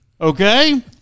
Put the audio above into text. Okay